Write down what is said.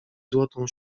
złotą